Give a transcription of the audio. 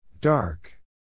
Dark